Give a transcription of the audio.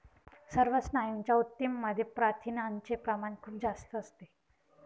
सर्व स्नायूंच्या ऊतींमध्ये प्रथिनांचे प्रमाण खूप जास्त असते